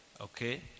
Okay